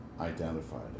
identified